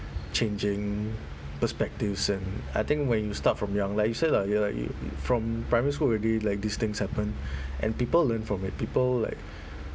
changing perspectives and I think when you start from young like you said lah you like y~ y~ from primary school already like these things happen and people learn from it people like